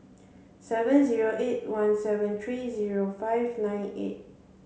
seven zero eight one seven three zero five nine eight